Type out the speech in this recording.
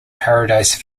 paradise